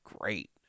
great